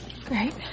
Great